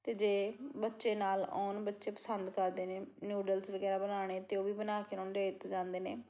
ਅਤੇ ਜੇ ਬੱਚੇ ਨਾਲ ਆਉਣ ਬੱਚੇ ਪਸੰਦ ਕਰਦੇ ਨੇ ਨੂਡਲਸ ਵਗੈਰਾ ਬਣਾਉਣੇ ਤਾਂ ਉਹ ਵੀ ਬਣਾ ਕੇ ਉਹਨਾਂ ਨੂੰ ਦੇ ਦਿੱਤੇ ਜਾਂਦੇ ਨੇ